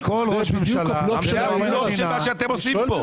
זה בדיוק הבלוף של --- זה הבלוף שאתם עושים פה.